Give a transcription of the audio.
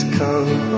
come